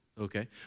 Okay